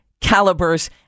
calibers